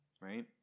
Right